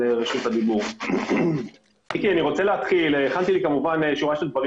כי אנחנו רואים את נובל